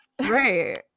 Right